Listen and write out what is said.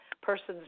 person's